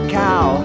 cow